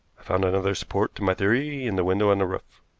found another support to my theory in the window on the roof.